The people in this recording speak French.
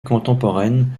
contemporaine